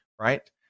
right